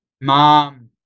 mom